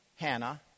Hannah